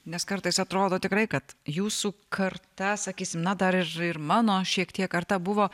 nes kartais atrodo tikrai kad jūsų karta sakysim na dar ir ir mano šiek tiek karta buvo